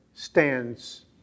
Stands